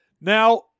now